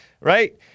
right